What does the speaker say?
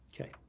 Okay